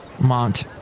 Mont